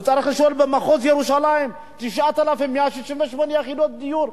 הוא צריך לשאול במחוז ירושלים, 9,168 יחידות דיור.